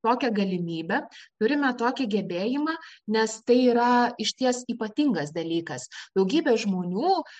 tokią galimybę turime tokį gebėjimą nes tai yra išties ypatingas dalykas daugybė žmonių